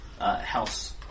House